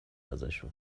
ازشون